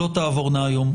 הן לא תעבורנה היום.